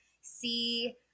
see